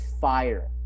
fire